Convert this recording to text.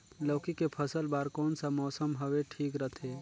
लौकी के फसल बार कोन सा मौसम हवे ठीक रथे?